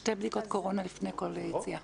שתי בדיקות קורונה לפני כל יציאה.